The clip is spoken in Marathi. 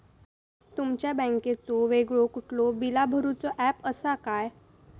तुमच्या बँकेचो वेगळो कुठलो बिला भरूचो ऍप असा काय?